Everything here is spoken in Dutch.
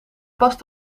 past